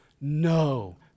no